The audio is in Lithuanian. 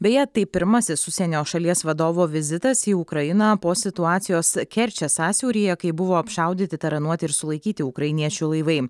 beje tai pirmasis užsienio šalies vadovo vizitas į ukrainą po situacijos kerčės sąsiauryje kai buvo apšaudyti taranuoti ir sulaikyti ukrainiečių laivai